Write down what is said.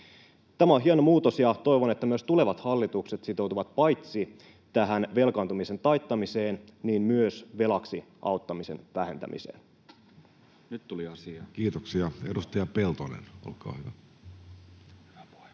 Tämä on hieno muutos, ja toivon, että myös tulevat hallitukset sitoutuvat paitsi tähän velkaantumisen taittamiseen, myös velaksi auttamisen vähentämiseen. [Speech 115] Speaker: Jussi Halla-aho Party: N/A Role: chairman